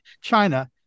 China